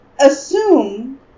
assume